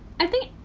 i think.